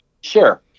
Sure